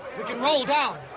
we can roll down.